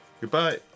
goodbye